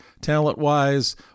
talent-wise